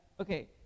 okay